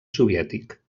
soviètic